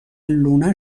لونه